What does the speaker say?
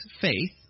faith